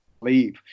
leave